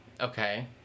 Okay